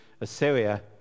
Assyria